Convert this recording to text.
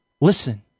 Listen